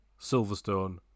Silverstone